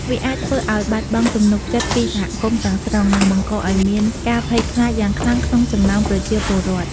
វាអាចធ្វើឲ្យ បាត់បង់ទំនុកចិត្តពីសហគមន៍ ទាំងស្រុង និង បង្កឲ្យមានការភ័យខ្លាច យ៉ាងខ្លាំងក្នុងចំណោមប្រជាពលរដ្ឋ។